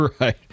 Right